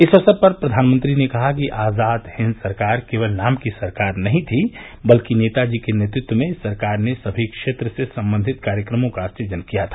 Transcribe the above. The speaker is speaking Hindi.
इस अवसर पर प्रधानमंत्री ने कहा कि आजाद हिंद सरकार केवल नाम की सरकार नहीं थी बल्कि नेताजी के नेतृत्व में इस सरकार ने समी क्षेत्र से संबंधित कार्यक्रमों का सुजन किया था